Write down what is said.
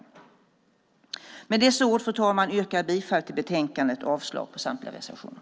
Fru talman! Med dessa ord yrkar jag bifall till förslaget i betänkandet och avslag på samtliga reservationer.